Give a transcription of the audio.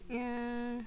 yeah